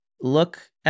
look